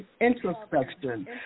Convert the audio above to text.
introspection